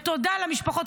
תודה למשפחות.